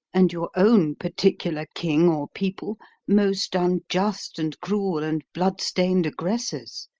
and your own particular king or people most unjust and cruel and blood-stained aggressors?